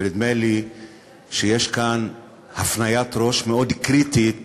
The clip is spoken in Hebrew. ונדמה לי שיש כאן הפניית ראש מאוד קריטית